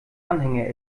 anhänger